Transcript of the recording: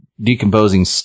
decomposing